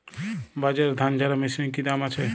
বাজারে ধান ঝারা মেশিনের কি দাম আছে?